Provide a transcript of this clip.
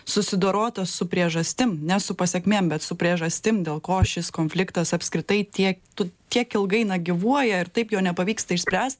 susidorota su priežastim ne su pasekmėm bet su priežastim dėl ko šis konfliktas apskritai tiek tu tiek ilgai na gyvuoja ir taip jo nepavyksta išspręst